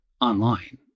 online